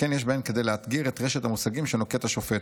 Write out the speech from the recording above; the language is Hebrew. שכן יש בהן כדי לאתגר את רשת המושגים שנוקט השופט,